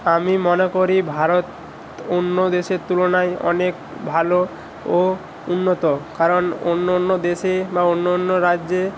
আমি মনে করি ভারত অন্য দেশের তুলনায় অনেক ভালো ও উন্নত কারণ অন্য অন্য দেশে বা অন্য অন্য রাজ্যে